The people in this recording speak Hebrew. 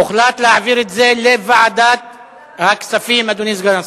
הוחלט להעביר את זה לוועדת הכספים, אדוני סגן השר.